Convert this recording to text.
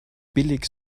billig